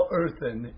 earthen